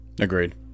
agreed